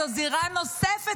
זו זירה נוספת,